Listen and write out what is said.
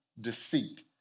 deceit